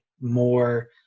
more